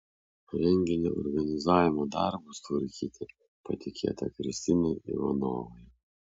renginio organizavimo darbus tvarkyti patikėta kristinai ivanovai